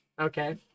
Okay